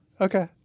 Okay